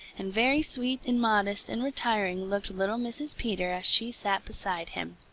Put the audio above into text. and very sweet and modest and retiring looked little mrs. peter as she sat beside him.